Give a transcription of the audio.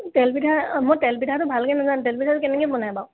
তেলপিঠা মই তেলপিঠাটো ভালকৈ নাজানো তেলপিঠাটো কেনেকৈ বনায় বাৰু